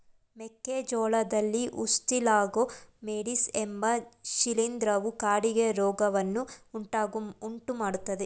ಮೆಕ್ಕೆ ಜೋಳದಲ್ಲಿ Ustilago maydis ಎಂಬ ಶಿಲೀಂಧ್ರವು ಕಾಡಿಗೆ ರೋಗವನ್ನು ಉಂಟುಮಾಡ್ತದೆ